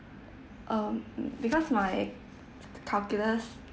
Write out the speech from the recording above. um mm because my calculus